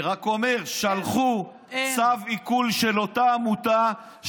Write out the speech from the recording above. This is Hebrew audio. אני רק אומר: שלחו צו עיקול לאותה עמותה,